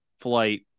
flight